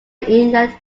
inland